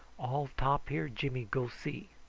all top here jimmy go see.